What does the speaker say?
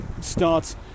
starts